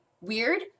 weird